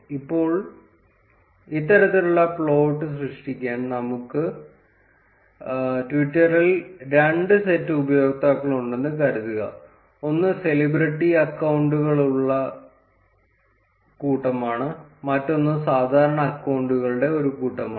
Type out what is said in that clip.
ഇപ്പോൾ ഇത്തരത്തിലുള്ള പ്ലോട്ട് സൃഷ്ടിക്കാൻ നമ്മൾക്ക് ട്വിറ്ററിൽ രണ്ട് സെറ്റ് ഉപയോക്താക്കളുണ്ടെന്ന് കരുതുക ഒന്ന് സെലിബ്രിറ്റി അക്കൌണ്ടുകളുടെ കൂട്ടമാണ് മറ്റൊന്ന് സാധാരണ അക്കൌണ്ടുകളുടെ ഒരു കൂട്ടമാണ്